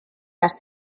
las